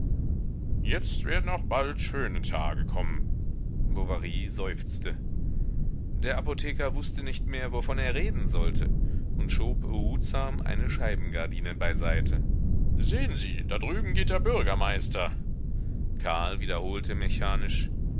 jetzt werden auch bald schöne tage kommen bovary seufzte der apotheker wußte nicht mehr wovon er reden sollte und schob behutsam eine scheibengardine beiseite sehn sie da drüben geht der bürgermeister karl wiederholte mechanisch